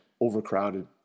overcrowded